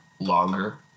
longer